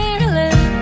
Ireland